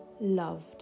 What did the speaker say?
loved